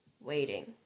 Waiting